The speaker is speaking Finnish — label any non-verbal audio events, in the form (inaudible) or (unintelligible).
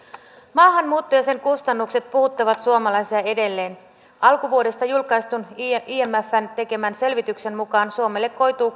maahanmuutto ja sen kustannukset puhuttavat suomalaisia edelleen alkuvuodesta julkaistun imfn imfn tekemän selvityksen mukaan suomelle koituu (unintelligible)